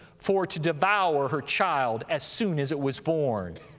for to devour her child as soon as it was born.